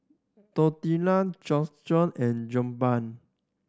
Tortilla and Jokbal